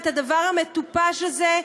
את הדבר המטופש הזה,